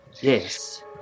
Yes